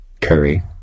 Curry